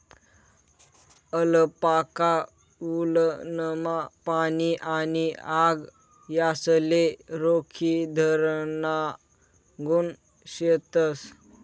alpaca वुलनमा पाणी आणि आग यासले रोखीधराना गुण शेतस